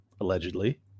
allegedly